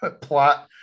plot